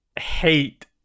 hate